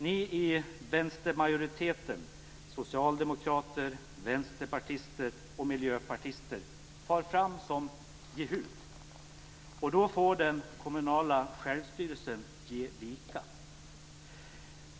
Ni i vänstermajoriteten - socialdemokrater, vänsterpartister och miljöpartister - far fram som Jehu, och då får den kommunala självstyrelsen ge vika.